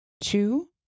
Two